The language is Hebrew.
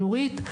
נורית,